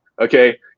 okay